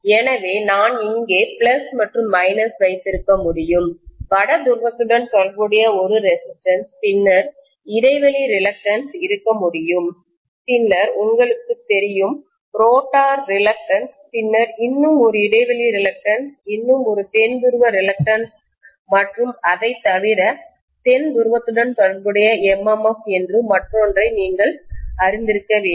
எனவே நான் இங்கே பிளஸ் மற்றும் மைனஸ் வைத்திருக்க முடியும் வட துருவத்துடன் தொடர்புடைய ஒரு ரெசிஸ்டன்ஸ் பின்னர் இடைவெளி ரிலக்டன்ஸ் இருக்க முடியும் பின்னர் உங்களுக்குத் தெரியும் ரோட்டார் ரிலக்டன்ஸ் பின்னர் இன்னும் ஒரு இடைவெளி ரிலக்டன்ஸ் இன்னும் ஒரு தென் துருவ ரிலக்டன்ஸ் மற்றும் அதைத் தவிர தென் துருவத்துடன் தொடர்புடைய MMF என்று மற்றொன்றை நீங்கள் அறிந்திருக்க வேண்டும்